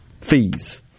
fees